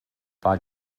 war